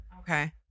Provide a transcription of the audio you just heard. Okay